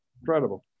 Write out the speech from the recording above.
incredible